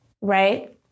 right